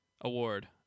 award